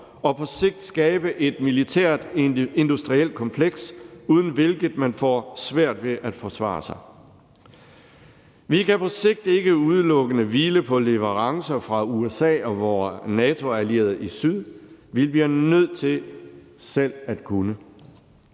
og på sigt skabe et militært industrielt kompleks, uden hvilket man får svært ved at forsvare sig. Vi kan på sigt ikke udelukkende hvile på leverancer fra USA og vore NATO-allierede i syd. Vi bliver nødt til selv at kunne.